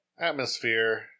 atmosphere